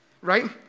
right